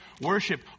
worship